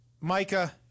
Micah